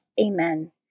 Amen